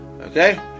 Okay